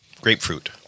Grapefruit